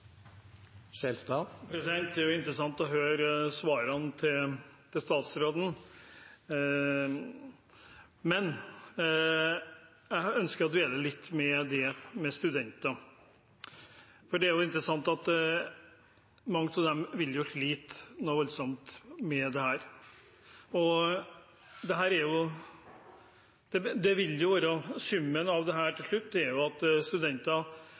interessant å høre svarene til statsråden. Jeg ønsker å dvele litt ved studentene, for mange av dem vil slite noe voldsomt med dette. Summen av det til slutt er jo at studenter kanskje i deler av landet der det ikke er en utfordring med